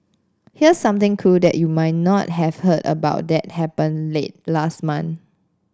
here's something cool that you might not have heard about that happened late last month